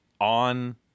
on